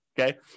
Okay